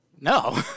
No